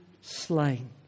slain